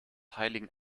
heiligen